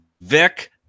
Vic